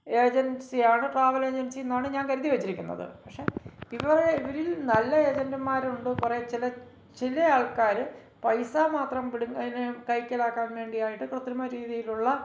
ഏജന്സിയാണ് travel എജന്സിന്നാണ് ഞാന് കരുതി വെച്ചിരിക്കുന്നത് പക്ഷേ ഇവരില് നല്ല ഏജന്റുമാർ ഉണ്ട് കുറെ ചില ചില ആള്ക്കാർ പൈസ മാത്രം പിടുങ്ങുന്ന കൈക്കലാക്കാന് വേണ്ടിയായിട്ട് കൃത്രിമ രീതിയിലുള്ള